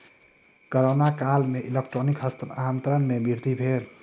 corona काल में electronic हस्तांतरण में वृद्धि भेल